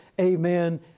amen